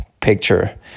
picture